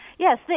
Yes